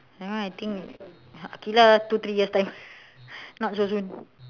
you know I think Aqilah two three years time not so soon